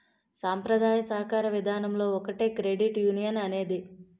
సాంప్రదాయ సాకార విధానంలో ఒకటే క్రెడిట్ యునియన్ అనేది